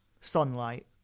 Sunlight